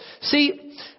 See